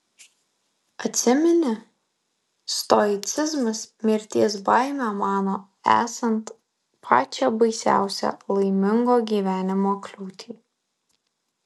atsimeni stoicizmas mirties baimę mano esant pačią baisiausią laimingo gyvenimo kliūtį